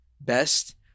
best